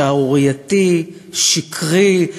שערורייתי, שקרי.